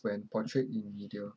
when portrayed in media